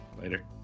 Later